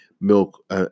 milk